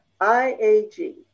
I-A-G